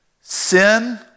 Sin